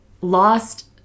lost